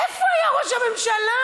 איפה היה ראש הממשלה?